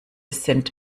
sind